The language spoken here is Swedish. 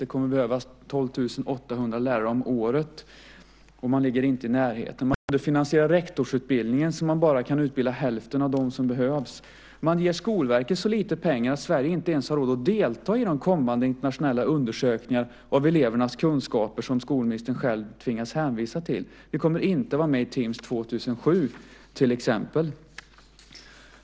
Det kommer att behövas 12 800 lärare om året, och man ligger inte i närheten. Man underfinansierar rektorsutbildningen, så att man kan utbilda bara hälften av dem som behövs. Man ger Skolverket så lite pengar att Sverige inte ens har råd att delta i de kommande internationella undersökningar av elevernas kunskaper som skolministern själv tvingas hänvisa till. Vi kommer inte att vara med i TIMMS 2007 till exempel.